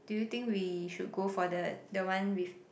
do you think we should go for the the one with